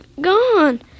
gone